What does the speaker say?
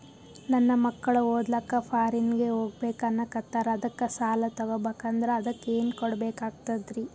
ನನ್ನ ಮಕ್ಕಳು ಓದ್ಲಕ್ಕ ಫಾರಿನ್ನಿಗೆ ಹೋಗ್ಬಕ ಅನ್ನಕತ್ತರ, ಅದಕ್ಕ ಸಾಲ ತೊಗೊಬಕಂದ್ರ ಅದಕ್ಕ ಏನ್ ಕೊಡಬೇಕಾಗ್ತದ್ರಿ?